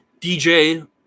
dj